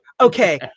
okay